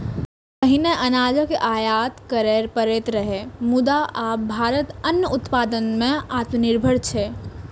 पहिने अनाजक आयात करय पड़ैत रहै, मुदा आब भारत अन्न उत्पादन मे आत्मनिर्भर छै